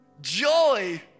Joy